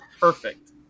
perfect